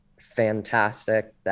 fantastic